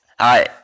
Hi